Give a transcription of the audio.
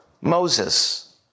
Moses